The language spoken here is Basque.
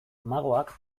magoak